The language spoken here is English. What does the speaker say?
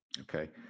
Okay